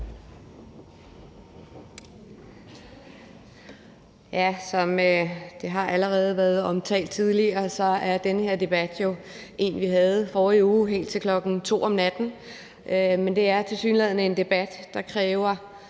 Som det allerede har været omtalt tidligere, er den her debat jo en, vi også havde i forrige uge, helt til klokken 2 om natten. Det er tilsyneladende en debat, der kræver